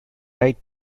right